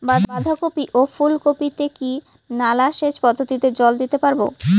বাধা কপি ও ফুল কপি তে কি নালা সেচ পদ্ধতিতে জল দিতে পারবো?